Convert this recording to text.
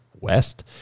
West